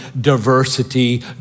diversity